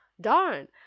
Darn